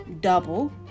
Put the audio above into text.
double